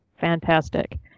fantastic